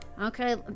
Okay